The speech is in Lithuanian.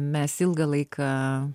mes ilgą laiką